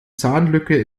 zahnlücke